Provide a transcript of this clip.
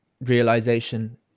realization